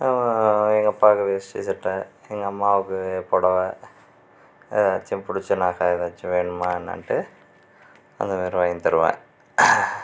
எங்கள் அப்பாக்கு வேஷ்டி சட்டை எங்கள் அம்மாவுக்கு பொடவை ஏதாச்சும் பிடிச்ச நகை ஏதாச்சும் வேணுமா என்னன்ட்டு அந்தமாதிரி வாங்கி தருவேன்